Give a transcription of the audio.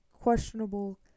questionable